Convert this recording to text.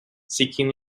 seeking